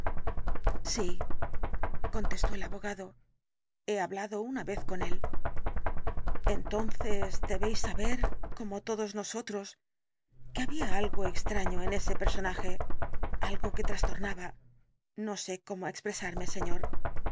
contestó el abogado he hablado una vez con él entonces debéis saber como todos nosotros que había algo extraño en ese personaje algo que trastornaba no se cómo expresarme señor